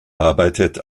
arbeitet